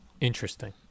Interesting